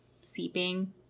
seeping